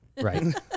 right